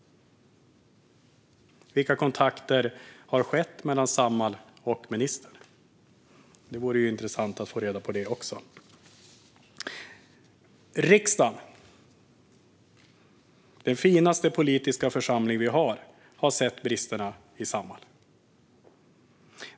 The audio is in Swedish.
Vilka kontakter har skett mellan Samhall och ministern? Det vore också intressant att få reda på. Riksdagen, den finaste politiska församling vi har, har sett bristerna i Samhall.